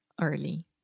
early